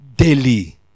daily